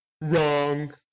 Wrong